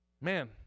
Man